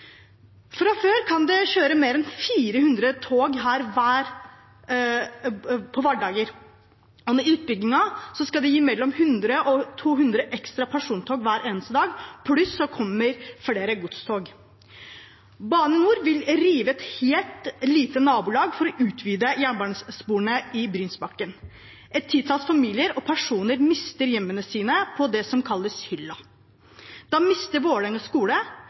kan det kjøre mer enn 400 tog her på hverdager, og utbyggingen skal gi mellom 100 og 200 ekstra persontog hver eneste dag, pluss at det kommer flere godstog. Bane NOR vil rive et helt lite nabolag for å utvide jernbanesporene i Brynsbakken. Et titalls familier og personer mister hjemmet sitt på det som kalles Hylla. Da mister Vålerenga skole